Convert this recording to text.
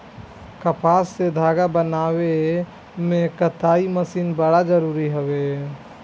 कपास से धागा बनावे में कताई मशीन बड़ा जरूरी हवे